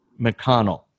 McConnell